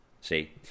See